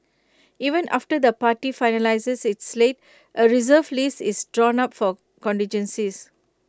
even after the party finalises its slate A Reserve List is drawn up for contingencies